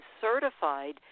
certified